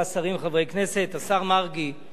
השר מיכאל איתן הוא אדם עדין,